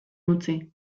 utzi